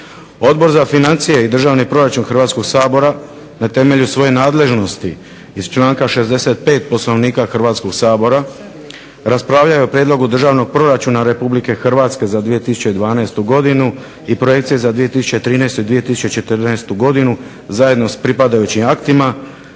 Odbor za financije i državni proračun Hrvatskoga sabora na temelju svoje nadležnosti iz članka 65. Poslovnika Hrvatskoga sabora raspravljao je o Prijedlogu državnog proračuna Republike Hrvatske za 2012. godinu i Projekcije za 2013. i 2014. godinu zajedno s pripadajućim aktima